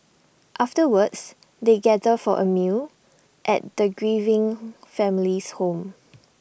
afterwards they gather for A meal at the grieving family's home